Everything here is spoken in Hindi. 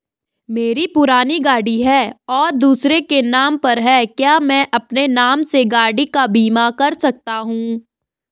मेरी पुरानी गाड़ी है और दूसरे के नाम पर है क्या मैं अपने नाम से गाड़ी का बीमा कर सकता हूँ?